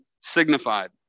signified